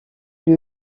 lui